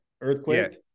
earthquake